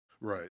Right